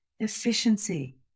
efficiency